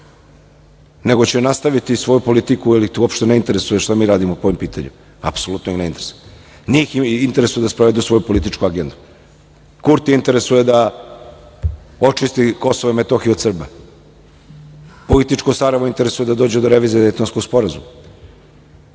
nego će nastaviti svoju politiku, jer ih uopšte ne interesuje šta mi radimo po ovom pitanju. Apsolutno ih ne interesuje. Njih interesuje da sprovedu svoju političku agendu. Kurtija interesuje da očisti Kosovo i Metohiju od Srba. Političko Sarajevo interesuje da dođe do revizije Dejtonskog sporazuma.